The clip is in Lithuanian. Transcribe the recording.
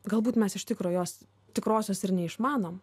galbūt mes iš tikro jos tikrosios ir neišmanom